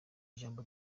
ijambo